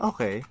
Okay